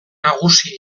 nagusi